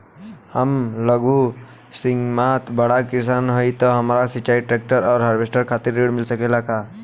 हम लघु सीमांत बड़ किसान हईं त हमरा सिंचाई ट्रेक्टर और हार्वेस्टर खातिर ऋण मिल सकेला का?